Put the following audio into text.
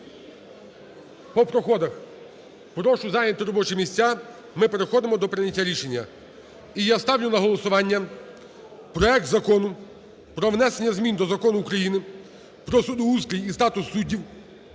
По проходах, прошу зайняти робочі місця, ми переходимо до прийняття рішення. І я ставлю на голосування проект Закону про внесення змін до Закону України "Про судоустрій і статус суддів"